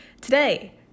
Today